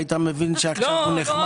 היית מבין שעכשיו הוא נחמד.